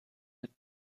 mit